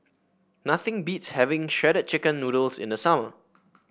nothing beats having Shredded Chicken Noodles in the summer